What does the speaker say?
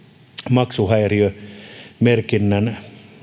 maksuhäiriömerkinnän